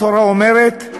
התורה אומרת: